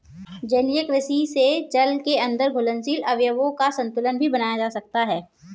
जलीय कृषि से जल के अंदर घुलनशील अवयवों का संतुलन भी बनाया जा सकता है